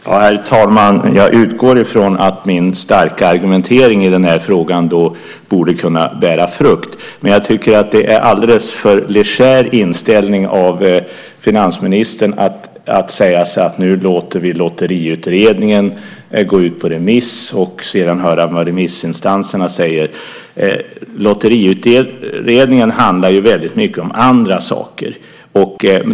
Herr talman! Jag utgår från att min starka argumentering i denna fråga då borde kunna bära frukt. Jag tycker att det är en alldeles för legär inställning av finansministern att säga: Nu låter vi Lotteriutredningen gå ut på remiss, och sedan hör vi vad remissinstanserna säger. Lotteriutredningen handlar ju väldigt mycket om andra saker.